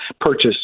purchase